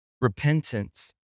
Repentance